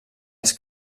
els